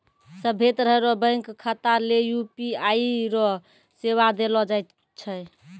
सभ्भे तरह रो बैंक खाता ले यू.पी.आई रो सेवा देलो जाय छै